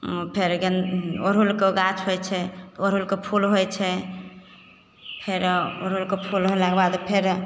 फेर गेन अड़हुलके गाछ होइत छै ओड़हुलके फुल होइत छै फेरो ओड़हुलके फुल होलाक बाद फेर